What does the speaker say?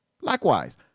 likewise